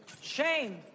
shame